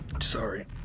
sorry